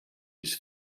his